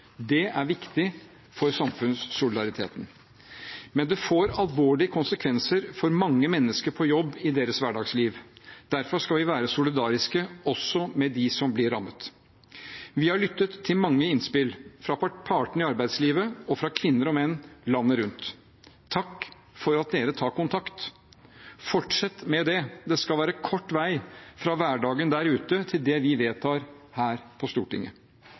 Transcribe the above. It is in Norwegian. Det er viktig for samfunnssolidariteten. Men det får alvorlige konsekvenser for mange mennesker på jobb i deres hverdagsliv. Derfor skal vi være solidariske også med dem som blir rammet. Vi har lyttet til mange innspill, fra partene i arbeidslivet og kvinner og menn landet rundt. Takk for at dere tar kontakt. Fortsett med det. Det skal være kort vei fra hverdagen der ute til det vi vedtar her på Stortinget.